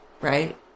right